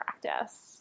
practice